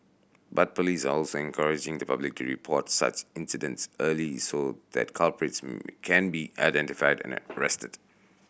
but police are also encouraging the public to report such incidents early so that culprits can be identified and arrested